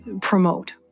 promote